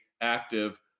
active